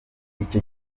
icyo